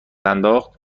انداخت